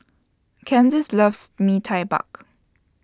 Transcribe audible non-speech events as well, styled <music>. Candyce loves Mee Tai <unintelligible>